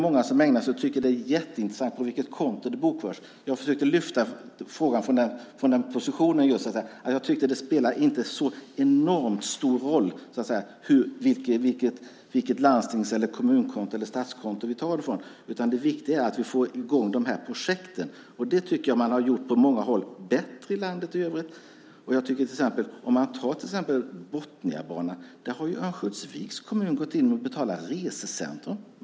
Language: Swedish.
Många tycker att det är jätteintressant på vilket konto det bokförs. Jag försöker lyfta frågan från den positionen. Jag tycker inte att det spelar så enormt stor roll vilket landstings-, kommun eller statskonto vi tar det från, utan det viktiga är att vi får i gång projekten. Det tycker jag man har gjort bättre på många andra håll i landet. När det gäller till exempel Botniabanan har Örnsköldsviks kommun gått in och betalat resecentrum.